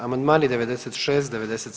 Amandmani 96,